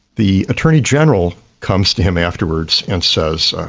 the attorney-general comes to him afterwards and says,